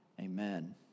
Amen